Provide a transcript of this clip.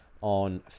on